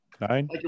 nine